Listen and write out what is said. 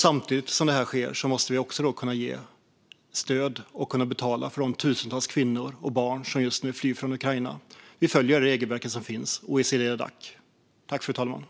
Samtidigt som det här sker måste vi också kunna ge stöd till och kunna betala för de tusentals kvinnor och barn som just nu flyr från Ukraina. Vi följer det regelverk från OECD-Dac som finns.